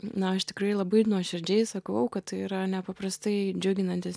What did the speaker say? na aš tikrai labai nuoširdžiai sakau kad tai yra nepaprastai džiuginantis